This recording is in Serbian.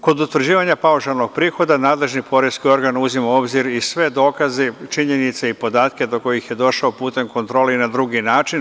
Kod utvrđivanja paušalnog prihoda nadležni poreski organ uzima u obzir i sve dokaze, činjenice i podatke do kojih je došao putem kontrole i na drugi način.